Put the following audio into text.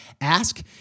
ask